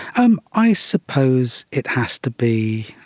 um i suppose it has to be